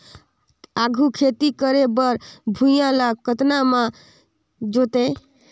आघु खेती करे बर भुइयां ल कतना म जोतेयं?